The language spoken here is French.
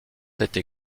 été